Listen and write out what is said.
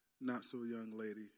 not-so-young-lady